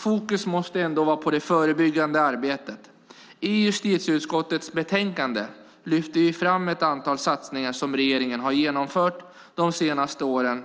Fokus måste ändå vara på det förebyggande arbetet. I justitieutskottets betänkande lyfter vi fram ett antal satsningar som regeringen har genomfört de senaste åren,